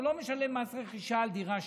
הוא לא משלם מס רכישה על דירה שנייה.